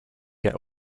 get